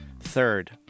Third